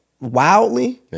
wildly